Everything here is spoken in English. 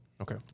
Okay